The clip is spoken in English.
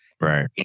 Right